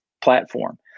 platform